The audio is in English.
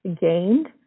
gained